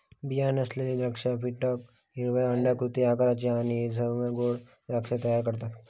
बीया नसलेली द्राक्षा फिकट हिरवी अंडाकृती आकाराची आणि सौम्य गोड द्राक्षा तयार करतत